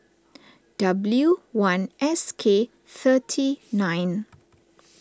W one S K thirty nine